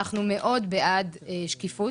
אנחנו מאוד בעד שקיפות.